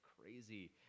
crazy